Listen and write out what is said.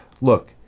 Look